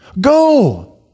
Go